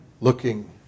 looking